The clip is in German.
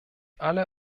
alle